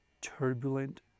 turbulent